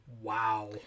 Wow